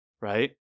right